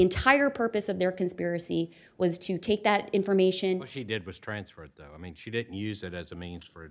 entire purpose of their conspiracy was to take that information which she did was transferred i mean she didn't use it as a means for